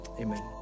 amen